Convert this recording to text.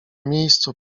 miejscu